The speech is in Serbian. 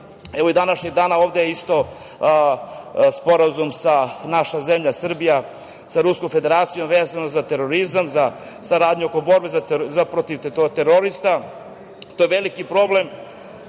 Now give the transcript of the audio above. ovog današnjeg dana je, sporazum, naša zemlja Srbija sa Ruskom Federacijom, vezano za terorizam, za saradnju u borbi protiv terorista. To je veliki problem.